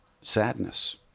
sadness